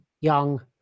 young